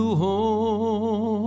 home